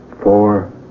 four